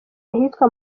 ahitwa